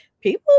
people